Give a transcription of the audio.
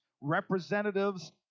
representatives